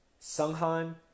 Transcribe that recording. Sunghan